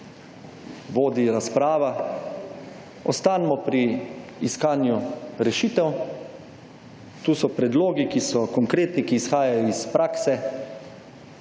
vodi razprava, ostanimo pri iskanju rešitev. Tu so predlogi, ki so konkretni, ki izhajajo iz prakse.